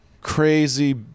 crazy